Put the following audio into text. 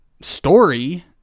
story